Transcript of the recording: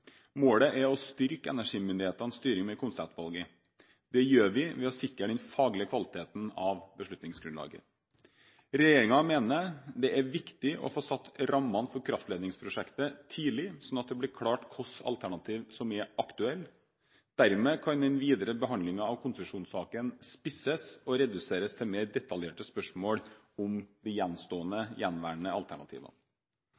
Målet er å styrke energimyndighetenes styring med konseptvalget. Det gjør vi ved å sikre den faglige kvaliteten av beslutningsgrunnlaget. Regjeringen mener det er viktig å få satt rammene for kraftledningsprosjektet tidlig, slik at det blir klart hvilke alternativer som er aktuelle. Dermed kan den videre behandlingen av konsesjonssaken spisses og reduseres til mer detaljerte spørsmål om de